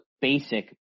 basic